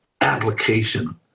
application